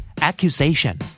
Accusation